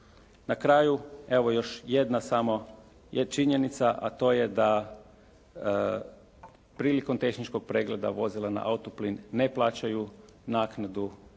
Na kraju evo još jedna samo činjenica, a to je da prilikom tehničkog pregleda vozila na auto plin ne plaćaju naknadu